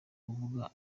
tuvuga